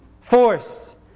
forced